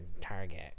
Target